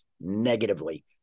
negatively